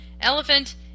elephant